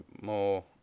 more